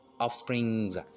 offsprings